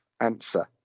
answer